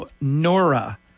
Nora